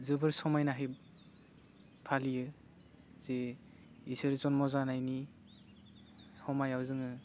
जोबोर सामायनायै फालियो जि इसोर जन्म जानायनि हमायाव जोङो